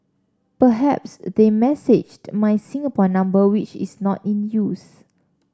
perhaps they messaged my Singapore number which is not in use